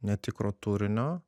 netikro turinio